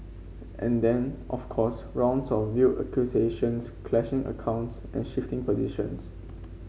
and then of course rounds of veiled accusations clashing accounts and shifting positions